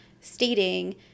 stating